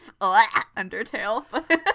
Undertale